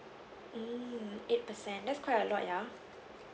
mm eight percent that's quite a lot ya